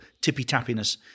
tippy-tappiness